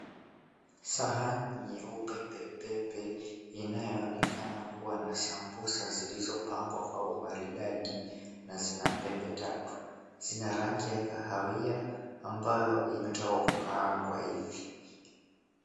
Sahani nyeupe pepepe inayoonekana kuwa na sambusa zilizopangwa kwa umaridadi na zina pembe tatu zina rangi ya kahawia ambayo imetoka kukaangwa ivi.